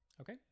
okay